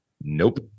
nope